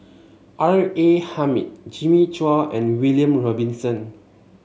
R A Hamid Jimmy Chua and William Robinson